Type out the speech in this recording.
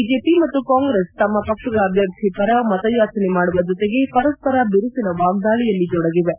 BJP ಮತ್ತು ಕಾಂಗ್ರೆಸ್ ತಮ್ನ ಪಕ್ಷಗಳ ಅಭ್ಯರ್ಥಿ ಪರ ಮತಯಾಚನೆ ಮಾಡುವ ಜೊತೆಗೆ ಪರಸ್ಪರ ಬಿರುಸಿನ ವಾಗ್ಲಾಳಿಯಲ್ಲಿ ತೊಡಗಿವೆ